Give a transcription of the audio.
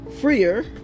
freer